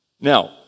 Now